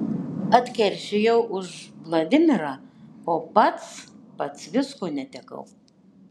atkeršijau už vladimirą o pats pats visko netekau